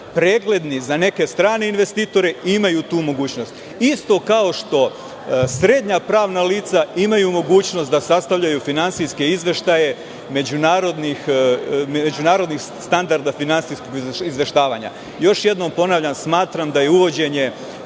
pregledni za neke strane investitore imaju tu mogućnost. Isto kao što srednja pravna lica imaju mogućnost da sastavljaju finansijske izveštaje međunarodnih standarda finansijskog izveštavanja. Još jednom ponavljam, smatram da je uvođenje